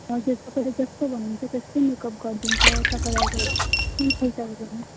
हजुर तपाईँले जस्तो भन्नु हुन्छ त्यस्तै मेक अप गरिदिन्छ तपाईँलाई अब सिम्पल चाहियो भने